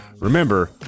remember